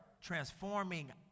transforming